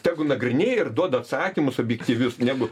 tegu nagrinėja ir duoda atsakymus objektyvius negu